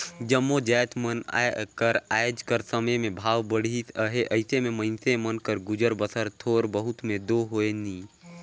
जम्मो जाएत मन कर आएज कर समे में भाव बढ़िस अहे अइसे में मइनसे मन कर गुजर बसर थोर बहुत में दो होए नई